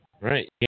Right